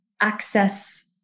access